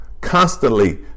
constantly